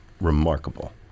remarkable